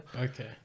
Okay